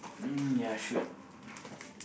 um ya sure